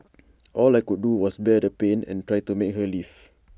all I could do was bear the pain and try to make her leave